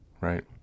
Right